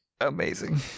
amazing